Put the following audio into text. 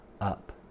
up